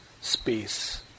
space